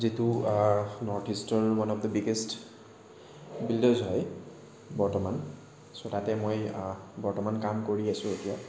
যিটো নৰ্থ ইষ্টৰ one of the biggest builders হয় বৰ্তমান চ' তাতে মই বৰ্তমান কাম কৰি আছোঁ এতিয়া